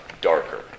darker